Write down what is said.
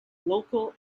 local